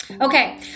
Okay